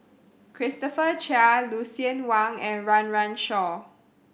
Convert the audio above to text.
Christopher Chia Lucien Wang and Run Run Shaw